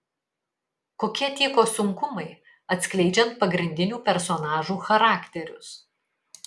kokie tyko sunkumai atskleidžiant pagrindinių personažų charakterius